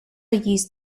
used